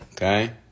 Okay